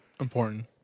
important